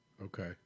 okay